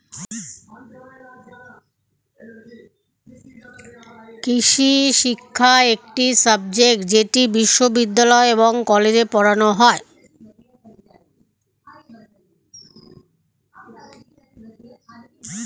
কৃষিশিক্ষা একটি সাবজেক্ট যেটি বিশ্ববিদ্যালয় এবং কলেজে পড়ানো হয়